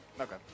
Okay